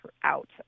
throughout